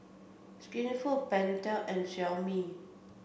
Skinfood Pentel and Xiaomi